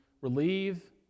relieve